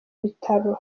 bitaro